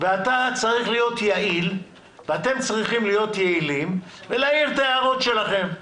ושאתם צריכים להיות יעילים ולהעיר את ההערות שלכם.